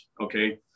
okay